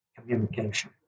communication